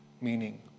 meaning